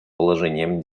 положением